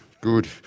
Good